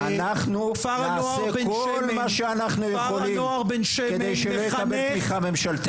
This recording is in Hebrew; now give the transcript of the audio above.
אנחנו נעשה כל מה שאנחנו יכולים כדי שלא יקבל תמיכה ממשלתית,